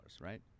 right